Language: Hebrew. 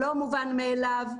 זה לא מובן מאליו.